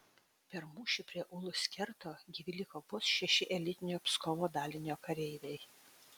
per mūšį prie ulus kerto gyvi liko vos šeši elitinio pskovo dalinio kareiviai